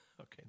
Okay